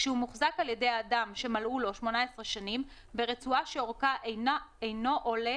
כשהוא מוחזק על ידי אדם שמלאו לו 18 שנים ברצועה שאורכה אינו עולה